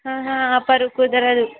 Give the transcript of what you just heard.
ఆహా ఆపరు కూదరదు